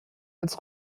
als